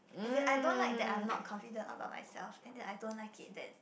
as in I don't like that I'm not confident about myself and that I don't like it that